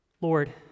Lord